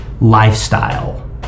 lifestyle